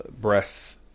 breath